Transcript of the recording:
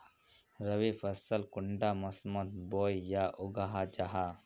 रवि फसल कुंडा मोसमोत बोई या उगाहा जाहा?